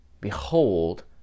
Behold